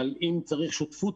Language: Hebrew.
אבל אם צריך שותפות